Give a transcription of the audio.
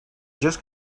just